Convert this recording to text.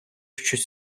щось